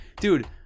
dude